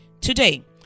today